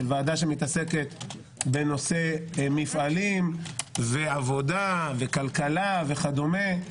של ועדה שמתעסקת בנושא מפעלים ועבודה וכלכלה וכדומה,